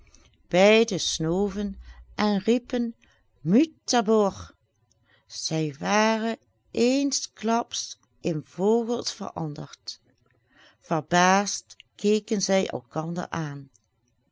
beiden snoven en riepen mutabor zij waren eensklaps in vogels veranderd verbaasd keken zij elkander aan